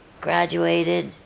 graduated